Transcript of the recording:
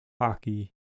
hockey